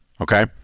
Okay